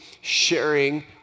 sharing